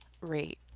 rate